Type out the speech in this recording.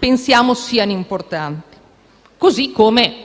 certamente importanti. Così come